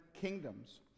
kingdoms